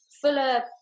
fuller